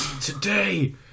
Today